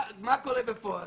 מה קורה בפועל?